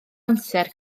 amser